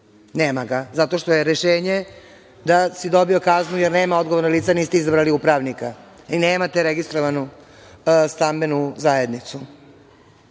Nema, zato što je rešenje da si dobio kaznu jer nema odgovornog lica, niste izabrali upravnika i nemate registrovanu stambenu zajednicu.